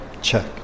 check